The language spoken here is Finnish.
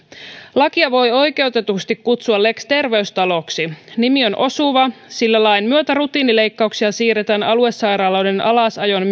lakia voi oikeutetusti kutsua lex terveystaloksi nimi on osuva sillä lain myötä rutiinileikkauksia siirretään aluesairaaloiden alasajon